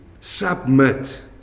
Submit